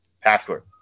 password